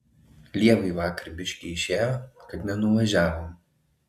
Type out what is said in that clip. lievai vakar biškį išėjo kad nenuvažiavom